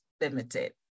Limited